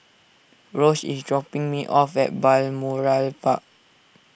Rose is dropping me off at Balmoral Park